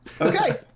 okay